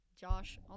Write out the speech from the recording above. Josh